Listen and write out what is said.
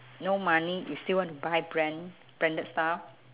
no money you still want to buy brand~ branded stuff